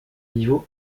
niveau